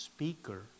Speaker